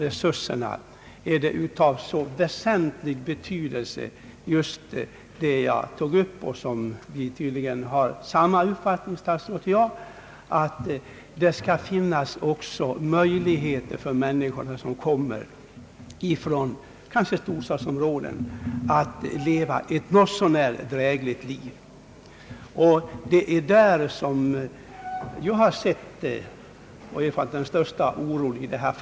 Det är av väsentlig betydelse att kommunerna har resurser som möjliggör för människor som i en utrymningssituation kanske kommer från storstadsområden att leva ett något så när drägligt liv. Beträffande den saken har tydligen statsrådet och jag samma uppfattning.